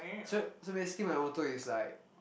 so so basically my motto is like